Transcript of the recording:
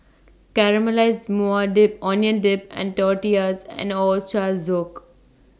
Caramelized Maui Dip Onion Dip and Tortillas and Ochazuke